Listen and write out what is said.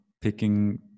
picking